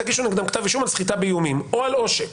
תגישו נגדם כתב אישום על סחיטה באיומים או על עושק.